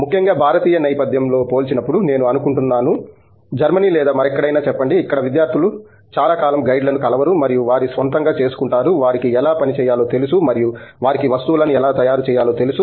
ముఖ్యంగా భారతీయ నేపథ్యంలో పోల్చినప్పుడు నేను అనుకుంటున్నాను జర్మనీ లేదా మరెక్కడైనా చెప్పండి ఇక్కడ విద్యార్థులు చాలా కాలం గైడ్లను కలవరు మరియు వారి స్వంతంగా చేసుకుంటారు వారికి ఎలా పని చేయాలో తెలుసు మరియు వారికి వస్తువులను ఎలా తయారు చేయాలో తెలుసు